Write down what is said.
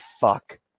fuck